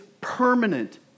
permanent